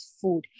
food